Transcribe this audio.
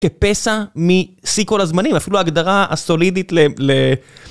כפסע משיא כל הזמנים, אפילו ההגדרה הסולידית ל...